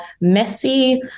messy